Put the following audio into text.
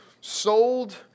sold